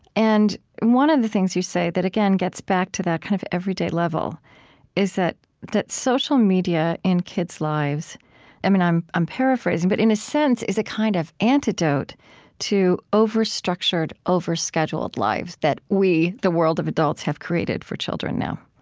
and one of the things you say that again gets back to that kind of everyday level is that that social media in kids' lives i mean i'm i'm paraphrasing but in a sense is a kind of antidote to over-structured, overscheduled lives that we, the world of adults, have created for children now